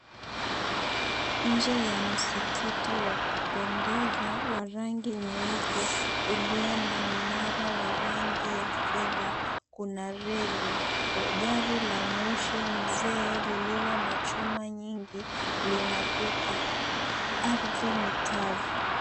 Nje ya msikiti wa kupendeza wa rangi nyeupe ulio na mnara wa rangi ya fedha, kuna reli. Gari la moshi mzee lililo na chuma nyingi linapita. Ardhi ni kavu.